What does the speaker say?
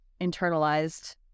internalized